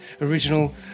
original